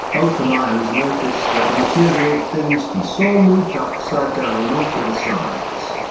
open eye and notice that the material things he saw moved upside down or to the sides.